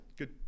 Good